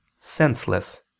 senseless